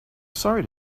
sorry